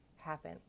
happen